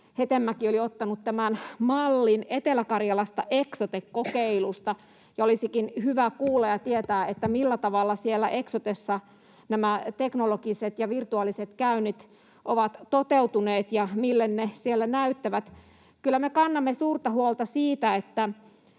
Hetemäki oli ottanut tämän mallin Etelä-Karjalasta Eksoten kokeilusta, ja olisikin hyvä kuulla ja tietää, millä tavalla siellä Eksotessa nämä teknologiset ja virtuaaliset käynnit ovat toteutuneet ja mille ne siellä näyttävät. Kyllä me kannamme suurta huolta siitä,